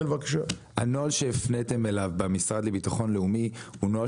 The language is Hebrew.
הנוהל שהפניתם אליו במשרד לביטחון לאומי הוא נוהל